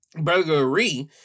burglary